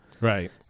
right